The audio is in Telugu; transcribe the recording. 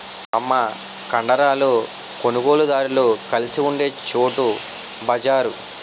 అమ్మ కందారులు కొనుగోలుదారులు కలిసి ఉండే చోటు బజారు